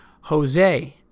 Jose